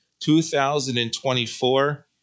2024